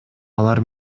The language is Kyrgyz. алар